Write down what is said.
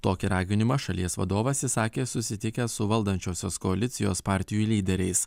tokį raginimą šalies vadovas išsakė susitikęs su valdančiosios koalicijos partijų lyderiais